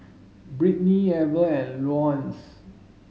Brittnie Ever and Leonce